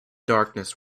darkness